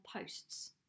posts